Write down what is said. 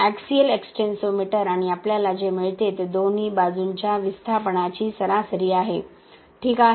axial extensometer आणि आपल्याला जे मिळते ते दोन्ही बाजूंच्या विस्थापनाची सरासरी आहे ठीक आहे